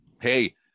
Hey